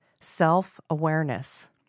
self-awareness